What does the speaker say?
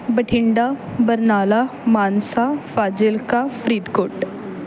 Bathinda Barnala Mansa Fazilka Faridkot